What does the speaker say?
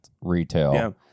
retail